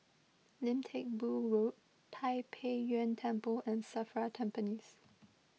Lim Teck Boo Road Tai Pei Yuen Temple and Safra Tampines